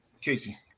Casey